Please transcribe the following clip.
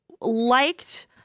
liked